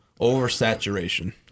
oversaturation